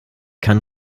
kann